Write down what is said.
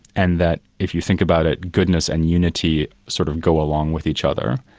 and that if you think about it, goodness and unity sort of go along with each other.